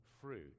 fruit